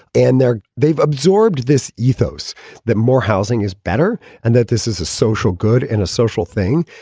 and they're they've absorbed this ethos that more housing is better and that this is a social good and a social thing.